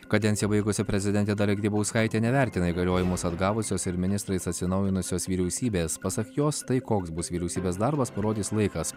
kadenciją baigusi prezidentė dalia grybauskaitė nevertina įgaliojimus atgavusios ir ministrais atsinaujinusios vyriausybės pasak jos tai koks bus vyriausybės darbas parodys laikas